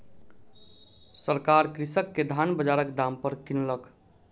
सरकार कृषक के धान बजारक दाम पर किनलक